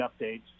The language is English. updates